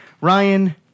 Ryan